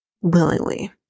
Willingly